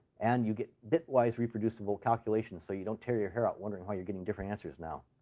and you get bit-wise reproducible calculations, so you don't tear your hair out wondering why you're getting different answers now.